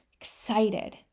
excited